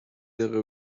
دقیقه